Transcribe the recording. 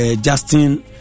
Justin